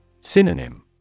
Synonym